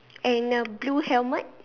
and a blue helmet